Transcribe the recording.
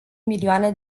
milioane